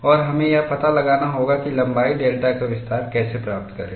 और हमें यह पता लगाना होगा कि लंबाई डेल्टाका विस्तार कैसे प्राप्त करें